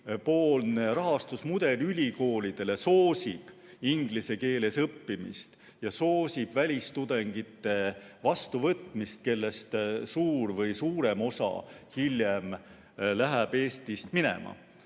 riigipoolne rahastusmudel soosib ülikoolides inglise keeles õppimist ja soosib välistudengite vastuvõtmist, kellest suurem osa hiljem läheb Eestist minema,